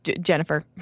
Jennifer